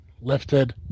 lifted